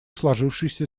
сложившейся